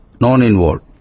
non-involved